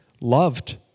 loved